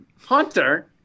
hunter